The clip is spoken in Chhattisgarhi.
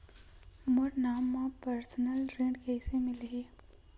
मोर नाम म परसनल ऋण कइसे मिलही?